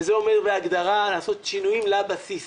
וזה אומר בהגדרה לעשות שינויים לבסיס,